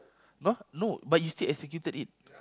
!huh! no but you still executed it